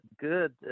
good